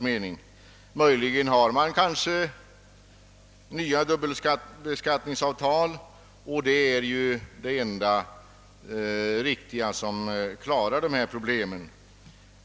Möjligen har vi nya dubbelbeskattningsavtal, och det är det enda som löser dessa problem.